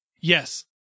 Yes